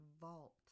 vault